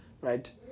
right